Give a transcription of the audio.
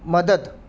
مدد